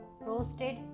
roasted